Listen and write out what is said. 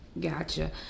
Gotcha